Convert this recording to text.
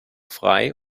frei